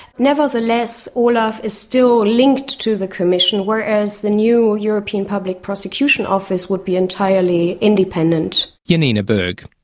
nevertheless, olaf is still linked to the commission, whereas the new european public prosecution office would be entirely independent. janina berg.